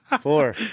Four